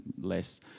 less